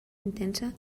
intensa